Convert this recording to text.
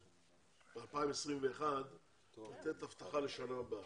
ב- 2021 ,לתת הבטחה לשנה הבאה.